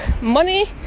money